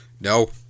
No